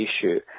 issue